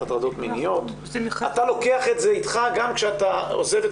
הטרדות מיניות אתה לוקח את זה איתך גם כשאתה עוזב את